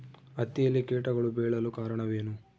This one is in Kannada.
ಹತ್ತಿಯಲ್ಲಿ ಕೇಟಗಳು ಬೇಳಲು ಕಾರಣವೇನು?